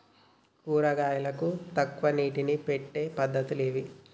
కూరగాయలకు తక్కువ నీటిని పెట్టే పద్దతులు ఏవి?